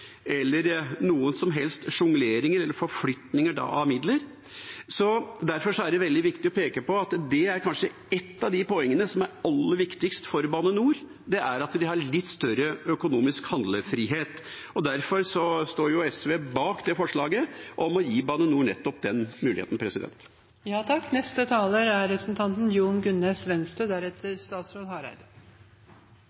eller noen som helst sjongleringer eller forflytninger av midler. Derfor er det veldig viktig å peke på at det er kanskje et av de poengene som er aller viktigst for Bane NOR, at de har litt større økonomisk handlefrihet. Derfor står SV bak forslaget om å gi Bane NOR nettopp den muligheten. Nye Baner vei – var det det som var det nye navnet? Jeg tror at vi skal tenke oss litt om. Det er derfor Venstre